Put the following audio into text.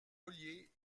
ollier